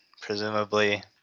presumably